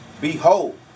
Behold